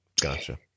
Gotcha